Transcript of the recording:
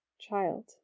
Child